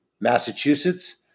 Massachusetts